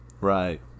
right